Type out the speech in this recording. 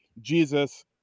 Jesus